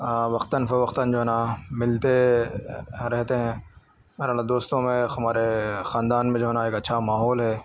وقتاََ فوقتاََ جو ہے نا ملتے رہتے ہیں بہرحال دوستوں میں ہمارے خاندان میں جو ہے نا ایک اچھا ماحول ہے